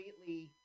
completely